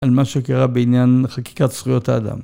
על מה שקרה בעניין חקיקת זכויות האדם.